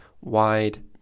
wide